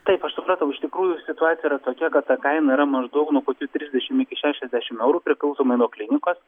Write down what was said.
taip aš supratau iš tikrųjų situacija yra tokia kad ta kaina yra maždaug nuo kokių trisdešim iki šešiasdešim eurų priklausomai nuo klinikos